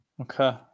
Okay